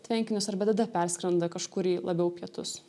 tvenkinius arba tada perskrenda kažkur į labiau pietus